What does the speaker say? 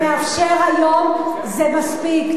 שהחוק מאפשר היום, זה מספיק.